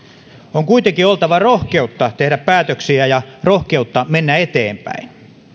on kuitenkin oltava rohkeutta tehdä päätöksiä ja rohkeutta mennä eteenpäin